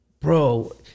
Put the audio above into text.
bro